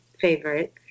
favorite